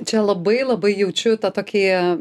čia labai labai jaučiu tą tokį